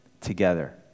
together